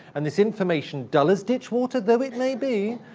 and this information, dull as ditchwater though it may be,